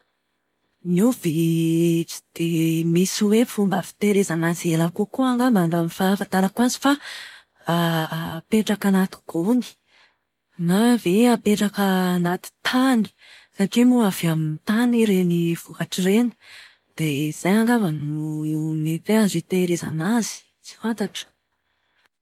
Ny ovy tsy dia misy hoe fomba fitahirizana azy ela kokoa angamba raha ny fahafantarako azy fa apetraka anaty gony. Na ve apetraka anaty tany, satria moa avy amin'ny tany ireny vokatra ireny. Dia izay angamba no mety hoe azo itahirizana azy. Tsy fantatro.